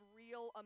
real